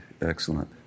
Excellent